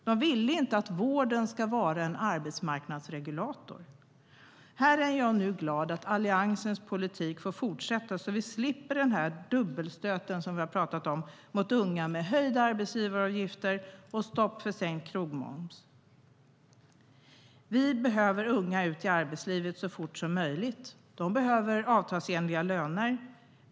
De ville inte att vården skulle vara en arbetsmarknadsregulator. Unga behöver komma ut i arbetslivet så fort som möjligt. De behöver avtalsenliga löner.